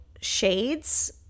shades